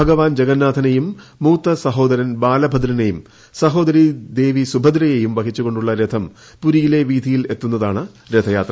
ഭഗവാൻ ജഗന്നാഥനേയും മൂത്ത സഹോദരൻ ബാലഭദ്രനേയും സഹോദരി ദേവി സുഭദ്രയേയും വഹിച്ച് കൊണ്ടുള്ള രഥം പുരിയിലെ വീഥിയിൽ എത്തുന്നതാണ് രഥയാത്ര